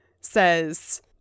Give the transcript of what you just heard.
says